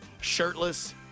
shirtless